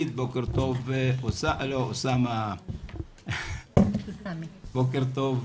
טאוב ושאמור להתפרסם עוד מספר שבועות.